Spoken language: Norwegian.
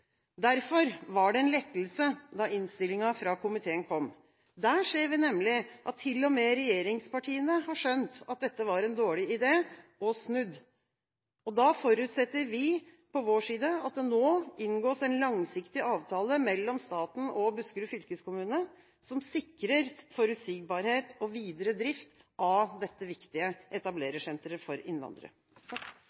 Derfor var det en lettelse da innstillinga fra komiteen kom. Der ser vi nemlig at til og med regjeringspartiene har skjønt at dette var en dårlig idé, og snudd. Da forutsetter vi fra vår side at det nå inngås en langsiktig avtale mellom staten og Buskerud fylkeskommune som sikrer forutsigbarhet og videre drift av dette viktige